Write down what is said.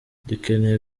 dukeneye